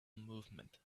movement